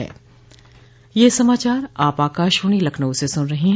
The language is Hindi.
ब्रे क यह समाचार आप आकाशवाणी लखनऊ से सुन रहे हैं